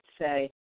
say